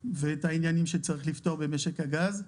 ואת העניינים שצריך לפתור במשק הגז.